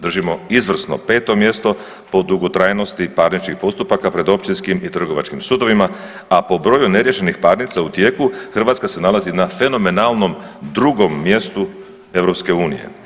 Držimo izvrsno 5. mjesto po dugotrajnosti parničkih postupaka pred općinskim i trgovačkim sudovima, a po broju neriješenih parnica u tijeku, Hrvatska se nalazi na fenomenalnom 2. mjestu EU.